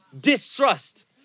distrust